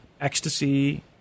Ecstasy